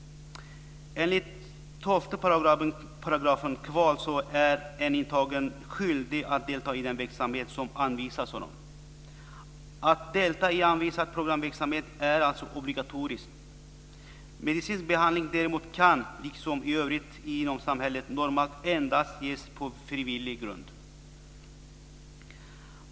Enligt 12 § KvaL är en intagen skyldig att delta i den verksamhet som anvisas honom. Att delta i anvisad programverksamhet är alltså obligatoriskt. Medicinsk behandling kan däremot, liksom i övrigt i samhället, normalt endast ges på frivillig grund.